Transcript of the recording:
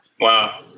Wow